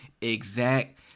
Exact